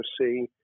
see